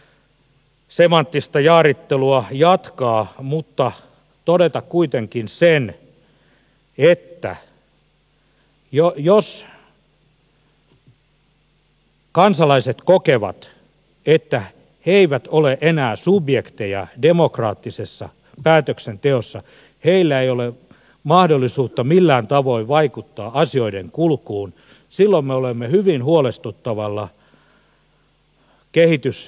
en halua tätä semanttista jaarittelua jatkaa mutta todeta kuitenkin sen että jos kansalaiset kokevat että he eivät ole enää subjekteja demokraattisessa päätöksenteossa heillä ei ole mahdollisuutta millään tavoin vaikuttaa asioiden kulkuun silloin me olemme hyvin huolestuttavalla kehitysuralla